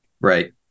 Right